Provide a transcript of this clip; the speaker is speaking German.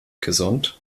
gesund